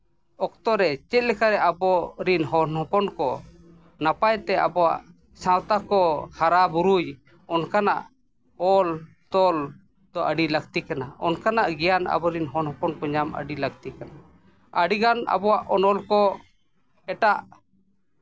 ᱚᱠᱛᱚ ᱨᱮ ᱪᱮᱫ ᱞᱮᱠᱟ ᱟᱵᱚ ᱨᱮᱱ ᱦᱚᱱ ᱦᱚᱯᱚᱱ ᱠᱚ ᱱᱟᱯᱟᱭ ᱛᱮ ᱟᱵᱚᱣᱟᱜ ᱥᱟᱶᱛᱟ ᱠᱚ ᱦᱟᱨᱟᱼᱵᱩᱨᱩᱭ ᱚᱱᱠᱟᱱᱟᱜ ᱚᱞ ᱛᱚᱞ ᱫᱚ ᱟᱹᱰᱤ ᱞᱟᱹᱠᱛᱤ ᱠᱟᱱᱟ ᱚᱱᱠᱟᱱᱟᱜ ᱜᱮᱭᱟᱱ ᱟᱵᱚᱨᱮᱱ ᱦᱚᱱ ᱦᱚᱯᱚᱱ ᱠᱚ ᱧᱟᱢ ᱟᱹᱰᱤ ᱞᱟᱹᱠᱛᱤ ᱠᱟᱱᱟ ᱟᱹᱰᱤᱜᱟᱱ ᱟᱵᱚᱣᱟᱜ ᱚᱱᱚᱞ ᱠᱚ ᱮᱴᱟᱜ